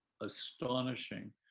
astonishing